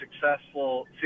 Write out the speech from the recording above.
successful